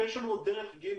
ויש לנו עוד דרך ג',